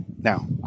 Now